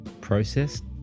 processed